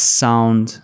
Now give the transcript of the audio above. sound